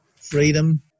freedom